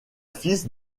fils